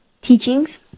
teachings